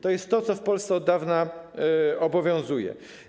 To jest to, co w Polsce od dawna obowiązuje.